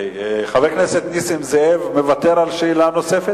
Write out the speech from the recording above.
חבר הכנסת נסים זאב, מוותר על שאלה נוספת?